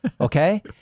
Okay